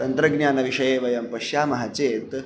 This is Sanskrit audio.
तन्त्रज्ञानविषये वयं पश्यामः चेत्